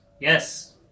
Yes